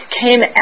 came